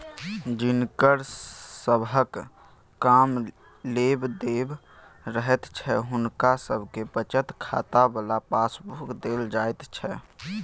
जिनकर सबहक कम लेब देब रहैत छै हुनका सबके बचत खाता बला पासबुक देल जाइत छै